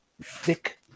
thick